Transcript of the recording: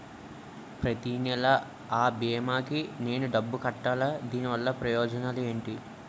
ప్రతినెల అ భీమా కి నేను డబ్బు కట్టాలా? దీనివల్ల ప్రయోజనాలు ఎంటి?